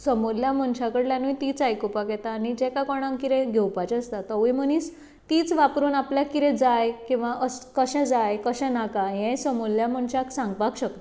समोरल्या मनशा कडल्यानूय तीच आयकूंक येता आनी जाका कोणाक कितें घेवपाचें आसता तोवूय मनीस तीच वापरून आपल्याक कितें जाय किंवा कशें जाय कशें नाका हें समोरल्या मनशाक सांगपाक शकता